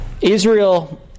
Israel